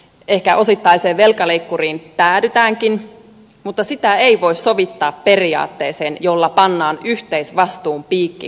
ehkä osittaiseen velkaleikkuriin päädytäänkin mutta sitä ei voi sovittaa periaatteeseen jolla pannaan yhteisvastuun piikki kokonaan kiinni